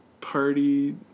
party